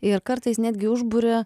ir kartais netgi užburia